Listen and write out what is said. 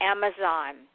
Amazon